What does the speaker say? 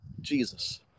Jesus